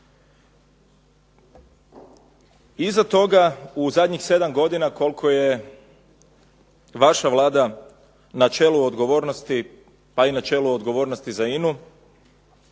Iza toga, u zadnjih sedam godina koliko je vaša Vlada na čelu odgovornosti pa i na čelu odgovornosti za INA-u